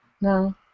No